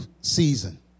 season